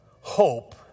hope